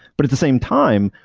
but at the same time,